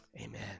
amen